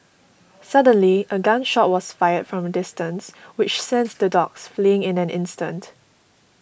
suddenly a gun shot was fired from a distance which the dogs fleeing in an instant